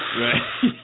Right